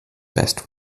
best